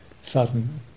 sudden